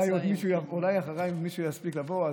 אולי אחריי עוד מישהו יספיק לבוא,